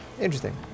Interesting